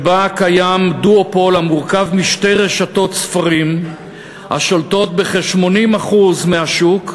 שבה קיים דואופול המורכב משתי רשתות ספרים השולטות בכ-80% מהשוק,